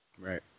Right